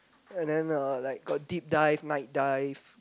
and then the like got deep dive night dive